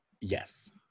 Yes